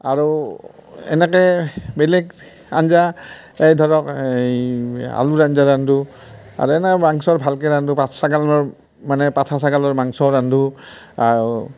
আৰু এনেকৈ বেলেগ আঞ্জা এই ধৰক এই আলুৰ আঞ্জা ৰান্ধোঁ আৰু এনে মাংচ ভালকৈ ৰান্ধোঁ পাঠ ছাগলৰ মানে পাঠা ছাগলৰ মাংচ ৰান্ধোঁ আৰু